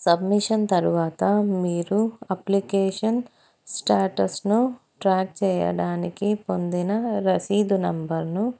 submission తరువాత మీరు application స్టేటస్ను ట్రాక్ చేయడానికి పొందిన రసీదు నెంబర్ను